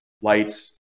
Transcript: lights